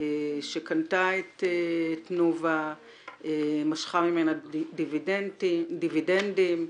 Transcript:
שקנתה את תנובה, משכה ממנה דיבידנדים,